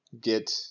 get